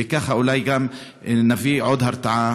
וככה אולי גם נביא עוד הרתעה,